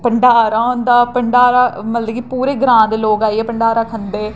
भंडारा होंदा भंडारा मतलब कि पूरे ग्रांऽ दे लोक आइयै भंडारा खंदे